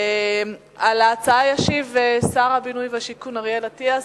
על ההצעה ישיב שר הבינוי והשיכון אריאל אטיאס,